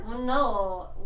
No